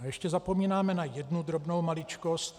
Ještě zapomínáme na jednu drobnou maličkost.